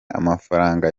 amafaranga